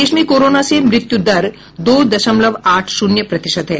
देश में कोरोना से मृत्यु दर दो दशमलव आठ शून्य प्रतिशत है